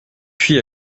puis